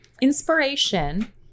Inspiration